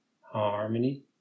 Harmony